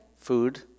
Food